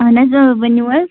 اَہَن حَظ ؤنِو حَظ